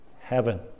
heaven